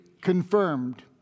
confirmed